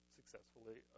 successfully